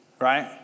Right